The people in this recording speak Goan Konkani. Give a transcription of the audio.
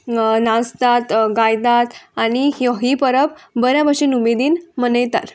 नाचतात गायतात आनी ही परब बऱ्याशे नुमेदीन मनयतात